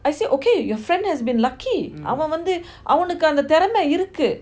I said okay your friend has been lucky அவன் வந்து அவனுக்கு அந்த தேறமா இருக்கு:avan vanthu avanuku antha thearama iruku